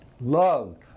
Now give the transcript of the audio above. love